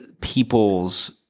people's